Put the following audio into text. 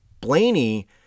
Blaney